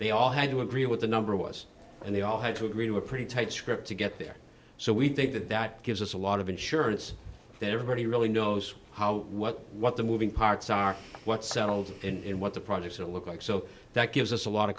they all had to agree with a number of us and they all had to agree to a pretty tight script to get there so we think that that gives us a lot of insurance that everybody really knows how what what the moving parts are what settled and what the products will look like so that gives us a lot of